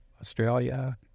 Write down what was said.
Australia